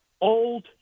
old